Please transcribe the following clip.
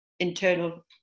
internal